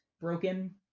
broken